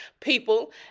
people